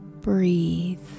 breathe